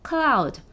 Cloud